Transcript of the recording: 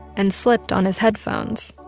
and slipped on his headphones